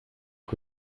que